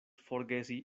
forgesi